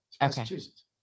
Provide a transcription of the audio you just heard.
Massachusetts